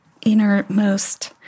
innermost